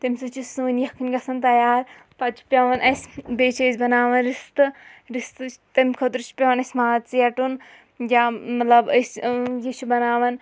تَمہِ سۭتۍ چھِ سٲنۍ یَکھٕنۍ گژھان تیار پَتہٕ چھِ پٮ۪وان اَسہِ بیٚیہِ چھِ أسۍ بَناوان رِستہٕ رِستہٕ تَمہِ خٲطرٕ چھِ پٮ۪وان اَسہِ ماز ژیٹُن یا مطلب أسۍ یہِ چھِ بَناوان